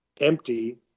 empty